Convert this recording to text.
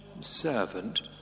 servant